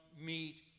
meet